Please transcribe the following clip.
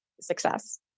success